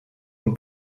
een